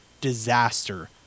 disaster